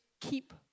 keep